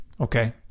Okay